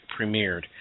premiered